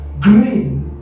Green